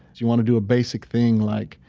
you wanna do a basic thing like,